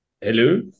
Hello